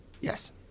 Yes